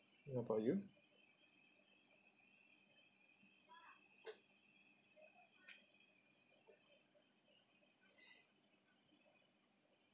what about you